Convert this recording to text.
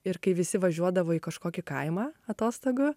ir kai visi važiuodavo į kažkokį kaimą atostogų